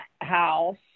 house